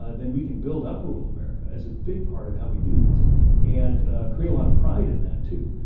ah then we can build up rural america as a big part of how we do this and ah create a lot of pride in that, too.